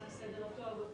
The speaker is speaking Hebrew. למען הסדר הטוב,